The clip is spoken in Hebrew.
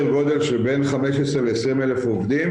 גודל של בין 15,000 ל-20,000 עובדים.